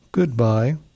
Goodbye